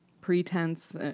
pretense